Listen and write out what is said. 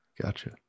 gotcha